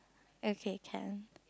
okay can